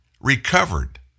recovered